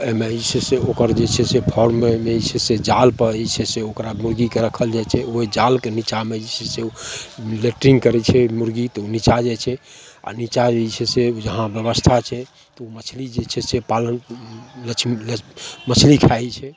एहिमे जे छै से फारममे जे छै से जालपर जे छै से ओकरा मुरगीके राखल जाए छै ओहि जालके निच्चाँमे जे छै से ओ लैट्रिन करै छै मुरगी तऽ ओ निच्चाँ आबि जाइ छै आओर निच्चाँ जे छै से जहाँ बेबस्था छै ओ मछली जे छै से पालन मछली लेल मछली खाइ छै